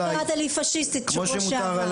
כמו שקראת לי פשיסטית בשבוע שעבר.